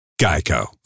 Geico